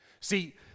See